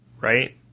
right